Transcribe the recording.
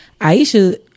Aisha